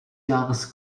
jahres